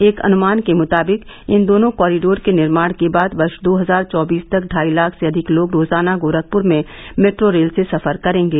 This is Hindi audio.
एक अनुमान के मृताबिक इन दोनों कॉरिडोर के निर्माण के बाद वर्ष दो हजार चौबीस तक ढाई लाख से अधिक लोग रोजाना गोरखपुर में मेट्रो रेल से सफर करेंगे